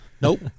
Nope